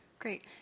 Great